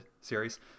series